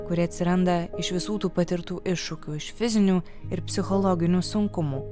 kuri atsiranda iš visų tų patirtų iššūkių iš fizinių ir psichologinių sunkumų